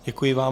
Děkuji vám.